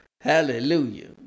Hallelujah